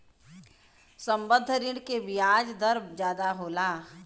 संबंद्ध ऋण के बियाज दर जादा होला